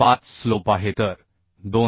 5 slope आहे तर 2